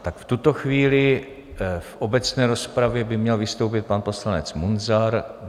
Tak v tuto chvíli v obecné rozpravě by měl vystoupit pan poslanec Munzar.